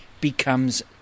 becomes